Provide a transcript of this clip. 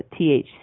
THC